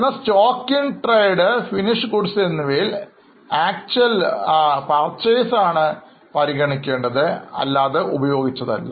എന്നാൽ stock in trade finished goods എന്നിവയിൽ actual purchase പരിഗണിക്കൂ ഉപഭോഗത്തെ അല്ല